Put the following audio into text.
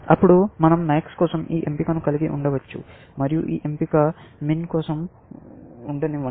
అప్పుడు మనం MAX కోసం ఈ ఎంపికను కలిగి ఉండవచ్చు మరియు ఈ ఎంపిక MIN కోసం ఉండనివ్వండి